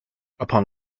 upon